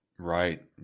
Right